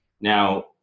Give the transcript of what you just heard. Now